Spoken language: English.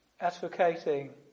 advocating